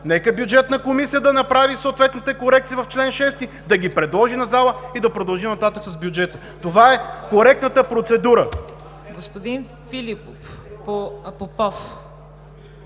Нека Бюджетната комисия да направи съответните корекции в чл. 6, да ги предложи на залата и да продължим нататък с бюджета! Това е коректната процедура.